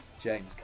James